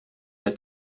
het